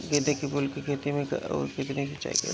गेदे के फूल के खेती मे कब अउर कितनी सिचाई कइल जाला?